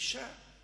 הגעה לבית המתלונן.